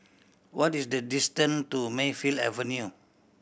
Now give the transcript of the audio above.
what is the distance to Mayfield Avenue